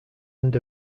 end